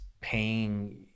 paying